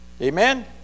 Amen